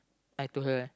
I told her